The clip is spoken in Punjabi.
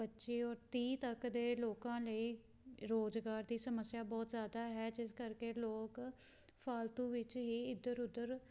ਪੱਚੀ ਔਰ ਤੀਹ ਤੱਕ ਦੇ ਲੋਕਾਂ ਲਈ ਰੁਜ਼ਗਾਰ ਦੀ ਸਮੱਸਿਆ ਬਹੁਤ ਜ਼ਿਆਦਾ ਹੈ ਜਿਸ ਕਰਕੇ ਲੋਕ ਫਾਲਤੂ ਵਿੱਚ ਹੀ ਇੱਧਰ ਉੱਧਰ